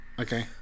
Okay